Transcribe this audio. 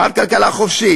מר כלכלה חופשית,